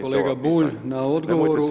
kolega Bulj na odgovoru.